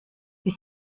bis